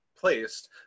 placed